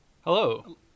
Hello